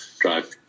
drive